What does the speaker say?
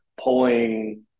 pulling